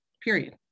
Period